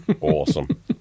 Awesome